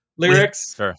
Lyrics